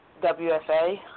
WFA